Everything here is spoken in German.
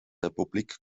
republik